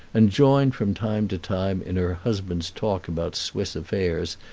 and joined from time to time in her husband's talk about swiss affairs,